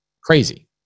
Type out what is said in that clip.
Crazy